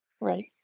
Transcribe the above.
Right